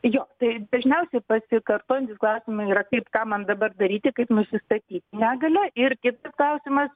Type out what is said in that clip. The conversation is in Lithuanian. jo tai dažniausiai pasikartojantys klausimai yra kaip ką man dabar daryti kaip nusistatyti negalią ir kitas klausimas